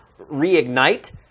reignite